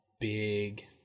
big